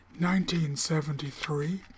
1973